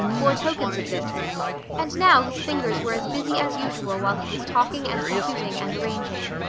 bore tokens of this and now his fingers were as busy as usual while he was talking and computing and arranging.